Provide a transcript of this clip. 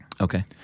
Okay